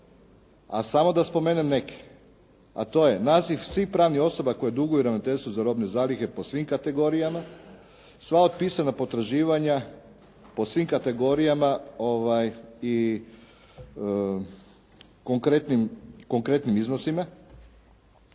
a samo da spomenem neke. A to je: naziv svih pravnih osoba koje duguju Ravnateljstvu za robne zalihe po svim kategorijama, sva otpisana potraživanja po svim kategorijama i konkretnim iznosima.